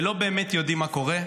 ולא באמת יודעים מה קורה.